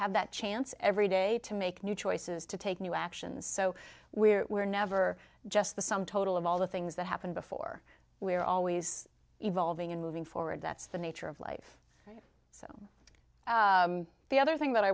have that chance every day to make new choices to take new actions so we're never just the sum total of all the things that happened before we're always evolving and moving forward that's the nature of life the other th